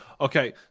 okay